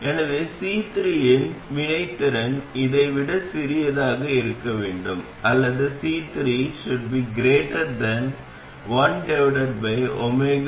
எனவே C3 இன் வினைத்திறன் இதை விட சிறியதாக இருக்க வேண்டும் அல்லது C3≫1R1